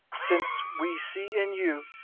since we see in you.